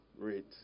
rate